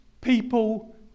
people